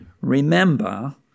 remember